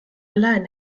allein